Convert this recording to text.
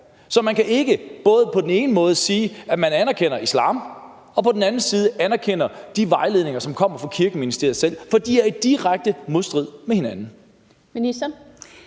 Så man kan ikke både på den ene side sige, at man anerkender islam, og på den anden side sige, at man anerkender de vejledninger, som kommer fra Kirkeministeriet selv. For de er i direkte modstrid med hinanden. Kl.